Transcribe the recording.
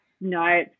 No